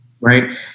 Right